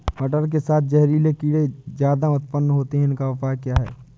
मटर के साथ जहरीले कीड़े ज्यादा उत्पन्न होते हैं इनका उपाय क्या है?